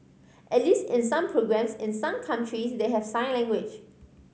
at least in some programmes in some countries they have sign language